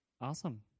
awesome